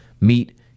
Meet